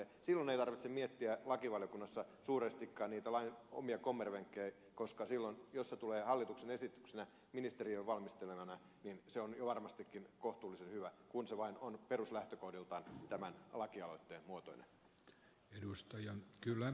silloin ei tarvitse miettiä lakivaliokunnassa suurestikaan niitä lain omia kommervenkkejä koska silloin jos se tulee hallituksen esityksenä ministeriön valmistelemana se on varmastikin jo kohtuullisen hyvä kun se vain on peruslähtökohdiltaan tämän lakialoitteen muotoinen